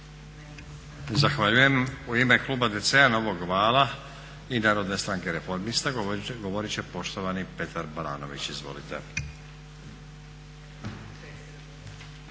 Zahvaljujem. U ime kluba DC-a, Novog vala i Narodne stranke reformista govorit će poštovani Petar Baranović. Izvolite.